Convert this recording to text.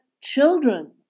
children